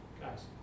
Guys